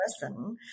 person